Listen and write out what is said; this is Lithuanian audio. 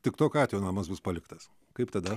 tik tokiu atveju namas bus paliktas kaip tada